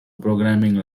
programming